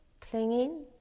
clinging